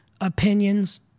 Opinions